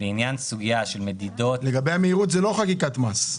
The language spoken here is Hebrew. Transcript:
מדובר בעיקר בשאלה תיאורטית כי אנחנו אף פעם לא נהיה בדיוק ב-25 אגורות.